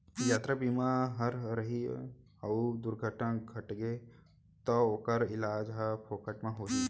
यातरा बीमा ह रही अउ दुरघटना घटगे तौ ओकर इलाज ह फोकट म होही